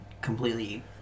completely